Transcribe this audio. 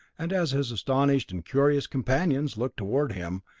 and as his astonished and curious companions looked toward him,